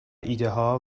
ایدهها